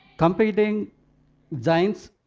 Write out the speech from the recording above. competing giants,